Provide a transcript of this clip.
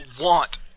want